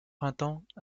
printemps